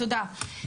תודה.